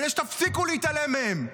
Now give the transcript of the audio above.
כדי שתפסיקו להתעלם מהם?